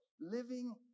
Living